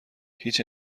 هیچ